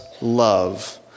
love